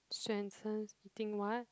Swensen's eating what